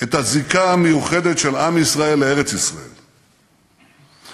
הזכות לשם טוב שמורה לכל אחד,